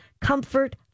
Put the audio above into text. comfort